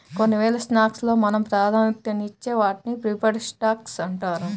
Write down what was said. కొన్నివేల స్టాక్స్ లో మనం ప్రాధాన్యతనిచ్చే వాటిని ప్రిఫర్డ్ స్టాక్స్ అంటారు